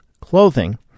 clothing